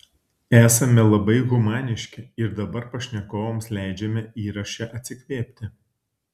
esame labai humaniški ir dabar pašnekovams leidžiame įraše atsikvėpti